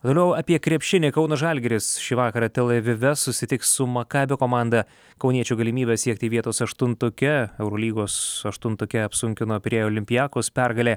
toliau apie krepšinį kauno žalgiris šį vakarą tel avive susitiks su makabio komanda kauniečių galimybės siekti vietos aštuntuke eurolygos aštuntuke apsunkino pirėjo olympiakos pergalė